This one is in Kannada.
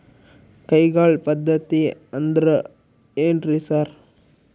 ಕೈಗಾಳ್ ಪದ್ಧತಿ ಅಂದ್ರ್ ಏನ್ರಿ ಸರ್?